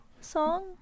song